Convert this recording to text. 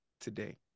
today